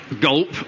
gulp